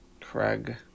Craig